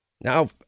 Now